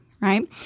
Right